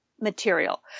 material